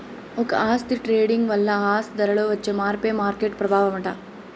ఒక ఆస్తి ట్రేడింగ్ వల్ల ఆ ఆస్తి ధరలో వచ్చే మార్పే మార్కెట్ ప్రభావమట